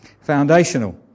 foundational